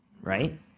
right